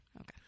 Okay